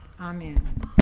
Amen